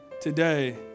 today